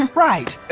and right. ah